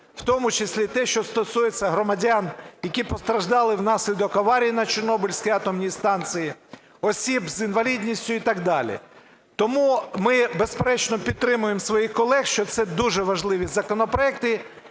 в тому числі і те, що стосується громадян, які постраждали внаслідок аварії на Чорнобильській атомній станції, осіб з інвалідністю і так далі. Тому ми, безперечно, підтримуємо своїх колег, що це дуже важливі законопроекти,